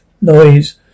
noise